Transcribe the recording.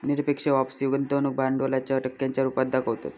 निरपेक्ष वापसी गुंतवणूक भांडवलाच्या टक्क्यांच्या रुपात दाखवतत